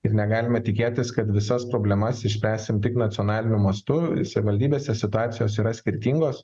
ir negalime tikėtis kad visas problemas išspręsim tik nacionaliniu mastu savivaldybėse situacijos yra skirtingos